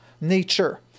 nature